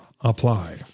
apply